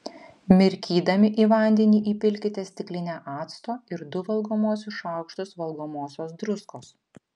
mirkydami į vandenį įpilkite stiklinę acto ir du valgomuosius šaukštus valgomosios druskos